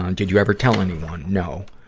um did you ever tell anyone? no.